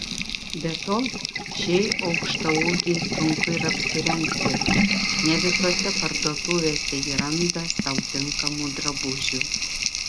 be to šiai aukštaūgei sunku ir apsirengti ne visose parduotuvėse ji randa sau tinkamų drabužių